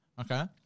Okay